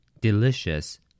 delicious